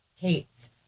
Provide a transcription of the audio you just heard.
Kate's